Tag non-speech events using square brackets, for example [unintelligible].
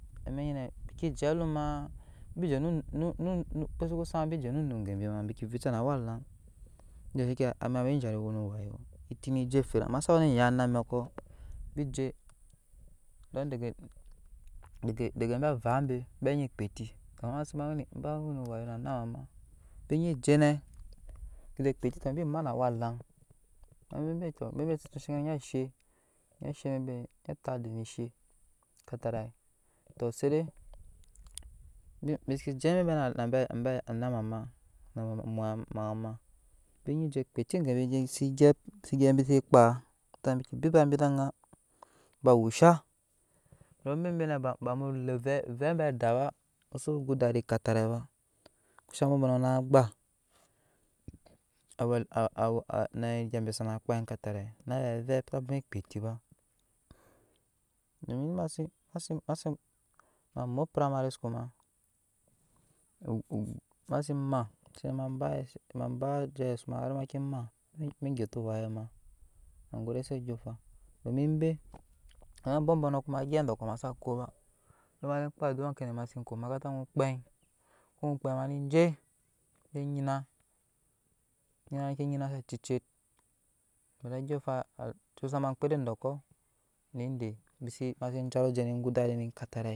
Amɛk ntinɛ bike je a um maa bije ne num okpei zuku sat ma bike jeno onum gebi ma neke vica na awa laŋ tunde ayaa ma nyi zhat we ne owe etine je ferem amma sa we nyani na amɛkɔ bi je dan dege dege ebi avai be binyi kpaa eti be we no owayo no onnamama bi nyi je nɛ bike je kpaa eti bi mana awa laŋ ama bebetɔ tude nyɛ she nyɛ she nide tata edet ne she katarai to zede bi se je bebe na abe onamama no omuma ma bi nyi je kpaa eti gebi ede bise kpaa. na bi ke beba bi ede angaa ba wushen don bebene baba mu le ovɛɛ ovɛɛ abe adaa ba bise go dadi ekatarai ba kku shaŋ aboŋ boŋ nɔɔ na gbaa awɛ [hesitation] ne egya be sana kpaa ekatanci na awe avep sa bwoma kpaa eti ba domi mase mase mamo pamari schod ma [unintelligible] mase ma se ma ba ejss ma hari make ma se make ma ma geta owaec m ma gode ze andyɔɔŋfan don abɔbɔno agyɛp edɔkɔ sa koba ama ema se kpaa aduwa jema se ko omakaranta onyi kpei ma kpaa ne je nyina nyina nama ke kpaa ne nyina se acece domi ondyɔɔŋfan ocucu sama omŋkpede dɔɔkɔ ne nyine ema se jana oje ne go dadi ne katarai.